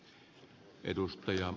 arvoisa puhemies